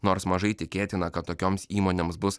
nors mažai tikėtina kad tokioms įmonėms bus